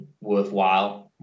worthwhile